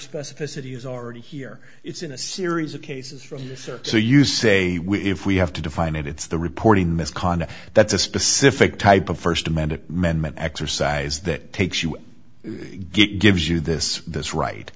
specificity is already here it's in a series of cases from the search so you say if we have to define it it's the reporting misconduct that's a specific type of st amendment men men exercise that takes you gives you this this right